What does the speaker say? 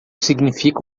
significa